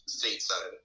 stateside